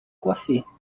coiffées